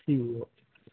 ਠੀਕ ਆ